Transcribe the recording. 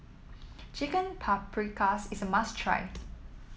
Chicken Paprikas is a must try